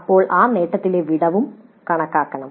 അപ്പോൾ നേട്ടത്തിലെ വിടവും കണക്കാക്കണം